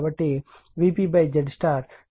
కాబట్టి VP ZY